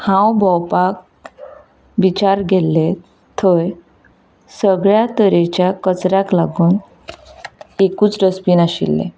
हांव भोंवपाक बिचार गेल्लें थंय सगळ्या तरेच्या कचऱ्याक लागून एकूच डस्टबीन आशिल्लें